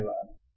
धन्यवाद